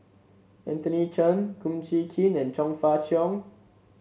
Anthony Chen Kum Chee Kin and Chong Fah Cheong